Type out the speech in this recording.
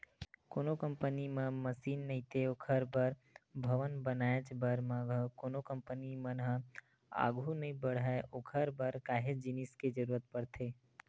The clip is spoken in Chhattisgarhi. कोनो कंपनी म मसीन नइते ओखर बर भवन बनाएच भर म कोनो कंपनी मन ह आघू नइ बड़हय ओखर बर काहेच जिनिस के जरुरत पड़थे